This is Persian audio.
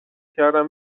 کردم